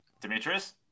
demetrius